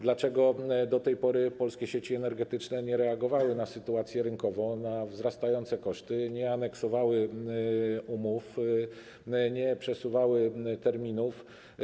Dlaczego do tej pory Polskie Sieci Elektroenergetyczne nie reagowały na sytuację rynkową, na wzrastające koszty, nie aneksowały umów, nie przesuwały terminów?